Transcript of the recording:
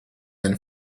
been